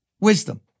Wisdom